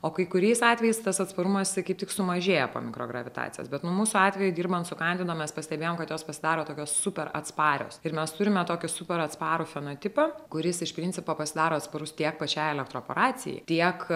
o kai kuriais atvejais tas atsparumas tai kaip tik sumažėja po mikrogravitacijos bet nu mūsų atveju dirbant su kandidom mes pastebėjome kad jos pasidaro tokios super atsparios ir mes turime tokį super atsparų fenotipą kuris iš principo pasidaro atsparus tiek pačiai elektroporacijai tiek